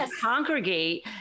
congregate